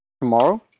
Tomorrow